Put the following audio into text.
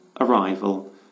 arrival